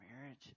marriage